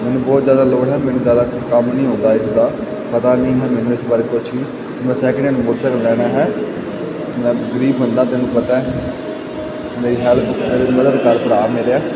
ਮੈਨੂੰ ਬਹੁਤ ਜ਼ਿਆਦਾ ਲੋੜ ਹੈ ਮੈਨੂੰ ਜ਼ਿਆਦਾ ਕੰਮ ਨਹੀਂ ਆਉਂਦਾ ਇਸ ਦਾ ਪਤਾ ਨੀ ਹੈ ਮੈਨੂੰ ਇਸ ਬਾਰੇ ਕੁਛ ਵੀ ਮੈਂ ਸੈਕਿੰਡ ਹੈਂਡ ਮੋਟਰਸਾਈਕਲ ਲੈਣਾ ਹੈ ਮੈਂ ਗਰੀਬ ਬੰਦਾ ਤੈਨੂੰ ਪਤਾ ਮੇਰੀ ਹੈਲਪ ਮੇਰੀ ਮਦਦ ਕਰ ਲਾਭ ਮਿਲਿਆ